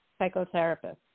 psychotherapist